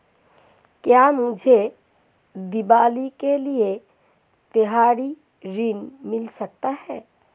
क्या मुझे दीवाली के लिए त्यौहारी ऋण मिल सकता है?